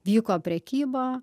vyko prekyba